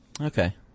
Okay